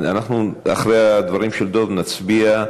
אחרי הדברים של דב נצביע.